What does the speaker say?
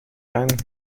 ein